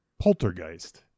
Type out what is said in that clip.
poltergeist